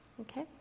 okay